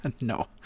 No